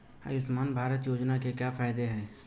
आयुष्मान भारत योजना के क्या फायदे हैं?